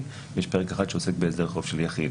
ויש פרק אחד שעוסק בהסדר חוב של יחיד.